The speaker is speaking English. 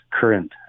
current